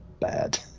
bad